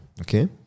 okay